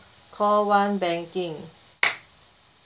call one banking